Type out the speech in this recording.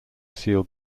seal